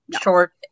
short